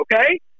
okay